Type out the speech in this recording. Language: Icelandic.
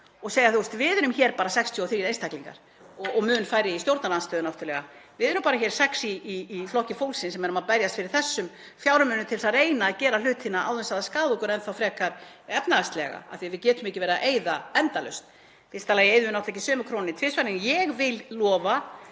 og segja: Við erum hér bara 63 einstaklingar og mun færri í stjórnarandstöðunni náttúrlega, við erum bara sex í Flokki fólksins sem erum að berjast fyrir þessum fjármunum til þess að reyna að gera hlutina án þess að skaða okkur enn þá frekar efnahagslega af því að við getum ekki verið að eyða endalaust. Í fyrsta lagi eyðum við ekki sömu krónunni tvisvar en ég vil lofa